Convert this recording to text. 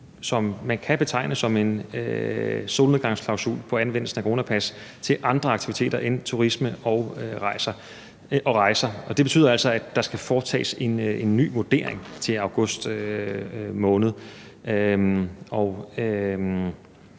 som man kan betegne som en solnedgangsklausul på anvendelsen af coronapas til andre aktiviteter end turisme og rejser. Og det betyder altså, at der skal foretages en ny vurdering til august måned.